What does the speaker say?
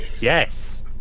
yes